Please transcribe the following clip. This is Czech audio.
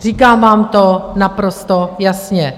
Říkám vám to naprosto jasně.